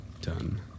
done